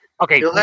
Okay